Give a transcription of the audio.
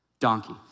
donkey